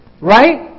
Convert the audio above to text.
Right